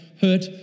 hurt